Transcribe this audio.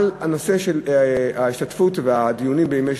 על ההשתתפות והדיונים בימי שלישי.